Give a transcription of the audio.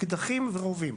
אקדחים ורובים.